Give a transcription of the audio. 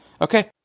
Okay